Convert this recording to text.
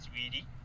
sweetie